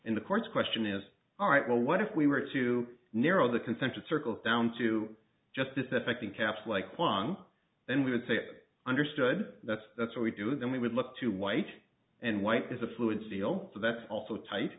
in the course question is all right well what if we were to narrow the concentric circle down to just this effect in caps like one then we would say understood that's that's what we do then we would look to white and white is a fluid seal that's also tight